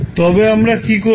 তবে আমরা কি করবো